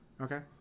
Okay